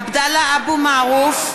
עבדאללה אבו מערוף,